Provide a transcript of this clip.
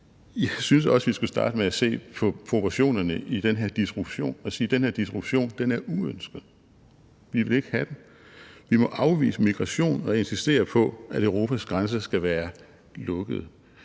Jeg synes også, vi skal starte med at se på proportionerne i den her disruption og sige, at den her disruption er uønsket, vi vil ikke have den. Vi må afvise migration og insistere på, at Europas grænser skal være lukkede,